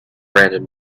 random